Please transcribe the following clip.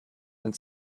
and